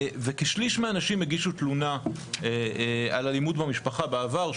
כשליש מהנשים הגישו תלונה על אלימות במשפחה בעבר,